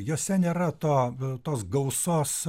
jose nėra to tos gausos